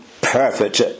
perfect